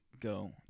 go